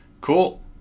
cool